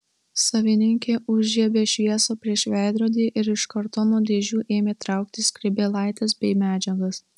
savininkė užžiebė šviesą prieš veidrodį ir iš kartono dėžių ėmė traukti skrybėlaites bei medžiagas